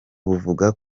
buvuga